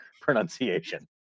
pronunciation